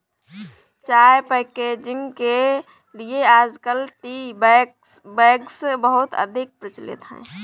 चाय पैकेजिंग के लिए आजकल टी बैग्स बहुत अधिक प्रचलित है